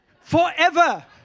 Forever